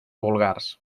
vulgars